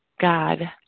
God